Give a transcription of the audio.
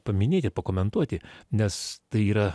paminėti pakomentuoti nes tai yra